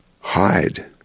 hide